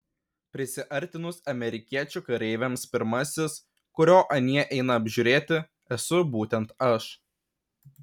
prisiartinus amerikiečių kareiviams pirmasis kurio anie eina apžiūrėti esu būtent aš